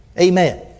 Amen